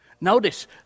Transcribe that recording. Notice